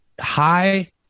High